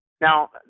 Now